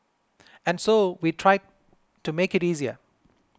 and so we try to make it easier